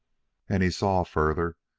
and he saw, further,